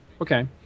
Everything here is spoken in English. Okay